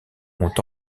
ont